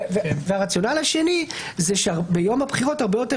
הרציונל השני שביום הבחירות הרבה יותר